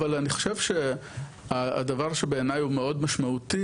אבל אני חושב שהדבר שבעיני הוא מאוד משמעותי,